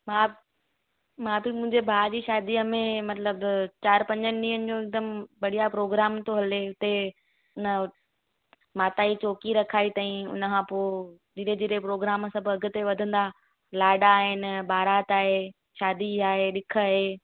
भाउ मां त मुंहिंजे भाउ जी शादीअ में मतिलब चारि पंजनि ॾींहंनि जो हिकदमि बढ़िया प्रोग्राम थो हले हुते हुन माताजी चौकी रखाइ अथई हुनखां पोइ धीरे धीरे प्रोग्राम सभु अॻिते वधंदा लाडा आहिनि बारात आहे शादी आहे ॾीख आहे